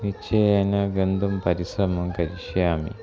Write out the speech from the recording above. निश्चयेन गन्तुं परिश्रमं करिष्यामि